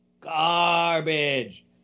Garbage